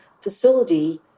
facility